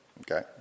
Okay